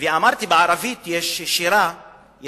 אמרתי שבערבית יש שירה,